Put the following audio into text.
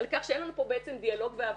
על כך שאין לנו פה בעצם דיאלוג והבנה.